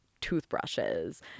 toothbrushes